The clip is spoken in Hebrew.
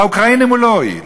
לאוקראינים הוא לא הועיל.